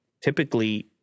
typically